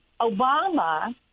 Obama